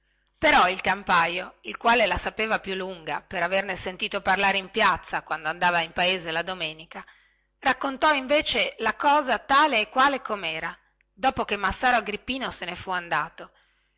però il campajo il quale la sapeva più lunga per averne sentito parlare in piazza quando andava in paese la domenica raccontò invece la cosa tale e quale comera dopo che massaro agrippino se ne fu andato